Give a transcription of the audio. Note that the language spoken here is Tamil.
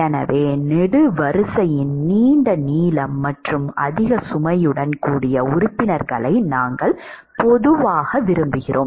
எனவே நெடுவரிசையின் நீண்ட நீளம் மற்றும் அதிக சுமையுடன் கூடிய உறுப்பினர்களை நாங்கள் பொதுவாக விரும்புகிறோம்